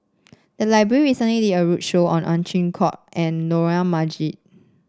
the library recently did a roadshow on Ow Chin Hock and Dollah Majid